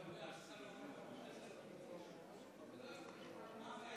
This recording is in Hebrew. לדיון במליאת הכנסת שטרם נקבעה עמדה